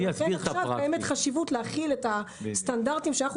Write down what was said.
קיימת עכשיו חשיבות להחיל את הסטנדרטים שאנחנו